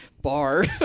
Bar